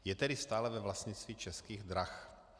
Je tedy stále ve vlastnictví Českých drah.